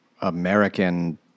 American